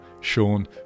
Sean